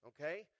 okay